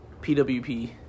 PWP